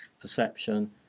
perception